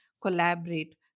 collaborate